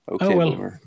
Okay